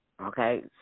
Okay